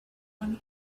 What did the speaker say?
one